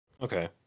Okay